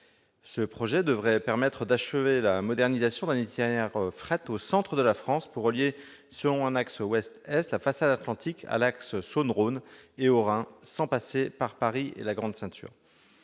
Ce projet devrait permettre d'achever la modernisation d'un itinéraire fret au centre de la France pour relier, selon un axe ouest-est, la façade atlantique à l'axe Saône-Rhône et au Rhin, sans passer par Paris et la Grande Ceinture.